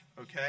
okay